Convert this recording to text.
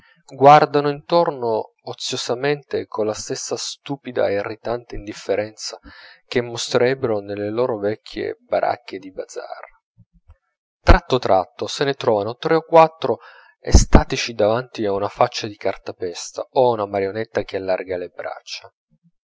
guardando intorno oziosamente colla stessa stupida e irritante indifferenza che mostrerebbero nelle loro vecchie baracche di bazar tratto tratto se ne trovano tre o quattro estatici davanti a una faccia di cartapesta o a una marionetta che allarga le braccia